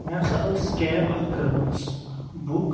مےٚ ہَسا ٲس کیب اَکھ کٔرمٕژ بُک